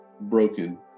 broken